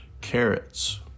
carrots